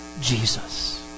Jesus